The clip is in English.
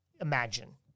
imagine